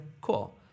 cool